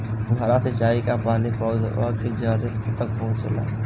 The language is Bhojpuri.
फुहारा सिंचाई का पानी पौधवा के जड़े तक पहुचे ला?